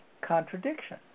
contradiction